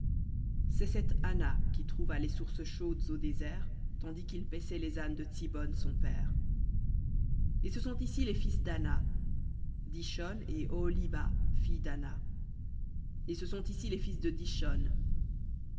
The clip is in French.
c'est cet ana qui trouva les sources chaudes au désert tandis qu'il paissait les ânes de tsibhon son père et ce sont ici les fils d'ana dishon et oholibama fille dana et ce sont ici les fils de dishon